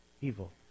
evil